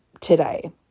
today